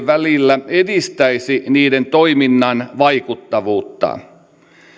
välillä edistäisi niiden toiminnan vaikuttavuutta